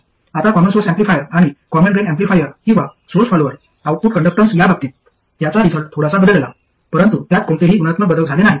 आता common source amplifier आणि common drain amplifier किंवा सोर्स फॉलोअर आउटपुट कंडक्टन्स या बाबतीत त्याचा रिझल्ट थोडासा बदलला परंतु त्यात कोणतेही गुणात्मक बदल झाले नाहीत